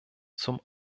zum